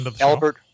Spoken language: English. Albert